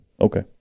Okay